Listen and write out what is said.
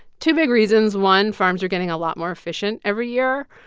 two big reasons one, farms are getting a lot more efficient every year,